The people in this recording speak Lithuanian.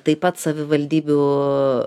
taip pat savivaldybių